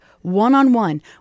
one-on-one